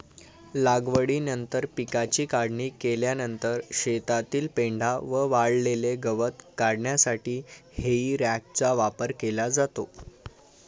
लागवडीनंतर पिकाची काढणी केल्यानंतर शेतातील पेंढा व वाळलेले गवत काढण्यासाठी हेई रॅकचा वापर केला जातो